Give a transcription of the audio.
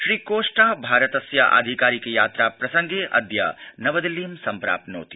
Shri Costa भारतस्य आधिकारिक यात्रा प्रसंगे अद्य नवदिल्लीं सम्प्राप्नोति